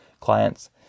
clients